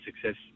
success